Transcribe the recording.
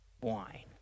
wine